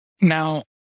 Now